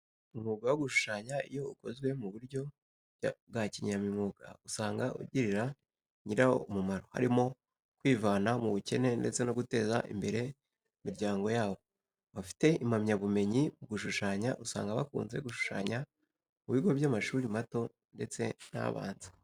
Umwuga wo gushushanya iyo ukozwe mu buryo bya kinyamwuga usanga ugirira ba nyirawo umumaro, harimo kwivana mu bukene ndetse no guteza imbere imiryango yabo. Abafite impamyabumenyi mu gushushanya, usanga bakunze gushushanya mu bigo by'amashuri mato ndetse n'abanza.